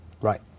Right